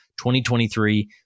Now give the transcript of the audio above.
2023